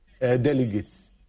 delegates